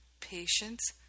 patience